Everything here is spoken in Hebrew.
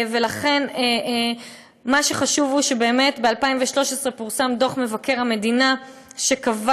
מה שחשוב הוא שבאמת ב-2013 פורסם דוח מבקר המדינה שקבע